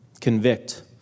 convict